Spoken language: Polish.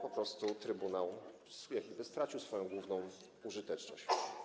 Po prostu trybunał stracił swoją główną użyteczność.